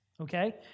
Okay